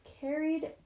carried